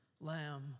lamb